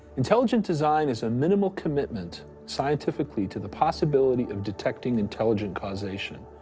intelligent design is a minimal commitment, scientifically, to the possibility of detecting intelligent causation.